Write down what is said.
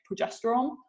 progesterone